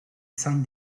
izan